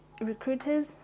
recruiters